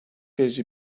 verici